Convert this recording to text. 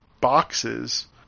boxes